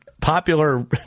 popular